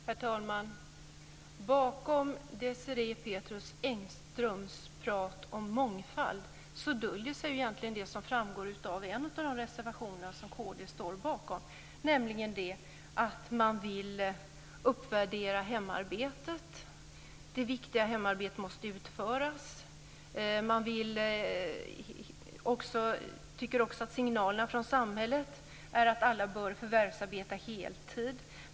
Herr talman! Bakom Desirée Pethrus Engströms prat om mångfald döljer sig egentligen det som framgår av en av de reservationer som kd står bakom, nämligen att man vill uppvärdera hemarbetet. Man skriver om det viktiga hemarbetet, som måste utföras. Man tycker att signalerna från samhället är att alla bör förvärvsarbeta heltid.